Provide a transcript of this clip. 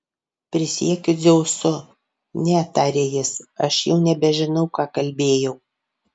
prisiekiu dzeusu ne tarė jis aš jau nebežinau ką kalbėjau